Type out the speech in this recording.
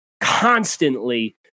constantly